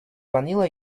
vanilla